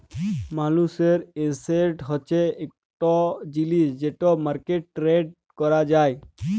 মালুসের এসেট হছে ইকট জিলিস যেট মার্কেটে টেরেড ক্যরা যায়